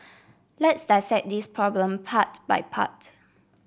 let's dissect this problem part by part